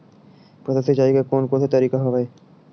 फसल सिंचाई के कोन कोन से तरीका हवय?